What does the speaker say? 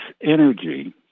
energy